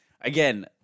Again